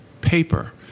paper